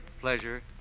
pleasure